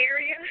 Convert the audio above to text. area